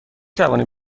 توانی